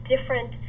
different